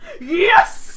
Yes